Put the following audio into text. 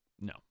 No